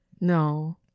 No